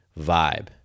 vibe